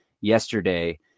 yesterday